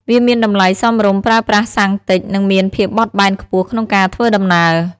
វាមានតម្លៃសមរម្យ ប្រើប្រាស់សាំងតិចនិងមានភាពបត់បែនខ្ពស់ក្នុងការធ្វើដំណើរ។